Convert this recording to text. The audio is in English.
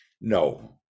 No